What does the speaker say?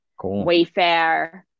Wayfair